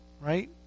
Right